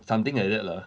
something like that lah